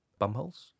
bumholes